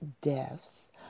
deaths